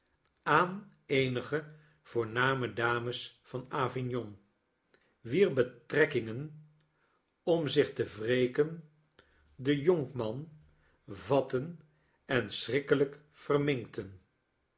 aan eenige voorname dames van avignon wier betrekkingen om zich te wreken den jonkman vatten en schrikkelyk verminkten